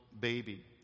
baby